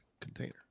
container